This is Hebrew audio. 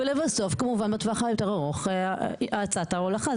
ולבסוף כמובן בטווח היותר ארוך האצת ההולכה.